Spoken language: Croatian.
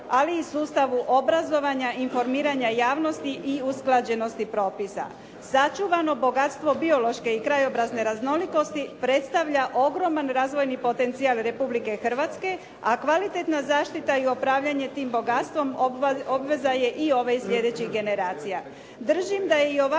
ali i sustavu obrazovanja i informiranja javnosti i usklađenosti propisa. Sačuvano bogatstvo biološke i krajobrazne raznolikosti predstavlja ogroman razvojni potencijal Republike Hrvatske a kvalitetna zaštita i upravljanje tim bogatstvom obveza je i ove i sljedećih generacija.